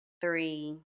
three